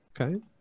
Okay